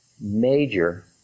major